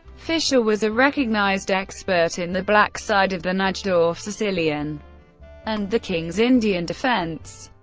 fischer was a recognized expert in the black side of the najdorf sicilian and the king's indian defense.